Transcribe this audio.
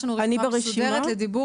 יש לנו רשימה מסודרת לדיבור.